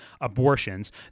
abortions